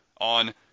on –